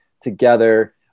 together